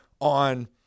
on